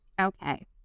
Okay